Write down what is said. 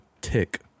tick